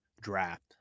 draft